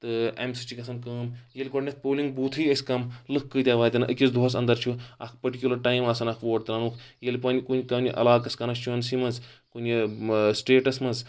تہٕ امہِ سۭتۍ چھ گژھان کٲم ییٚلہِ گۄڈنؠتھ پولِنگ بوٗتھٕے ٲسۍ کَم لُکھ کۭتیاہ واتَن أکِس دۄہس اَنٛدَر چھُ اَکھ پٔرٹِکیوٗلَر ٹایِم آسان اَکھ ووٹ تراونُک ییٚلہِ وۄنۍ کُنہِ عَلاقس کانَسچُوَنسی منٛز کُنہِ سٹیٹَس منٛز